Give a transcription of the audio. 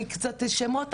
אני קצת לא זוכרת שמות.